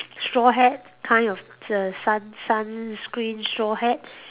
straw hat kind of it's a sun sunscreen straw hat